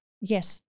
yes